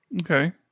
Okay